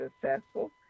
successful